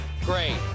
great